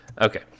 Okay